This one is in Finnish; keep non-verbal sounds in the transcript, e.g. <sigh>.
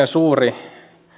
<unintelligible> suuri